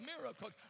miracles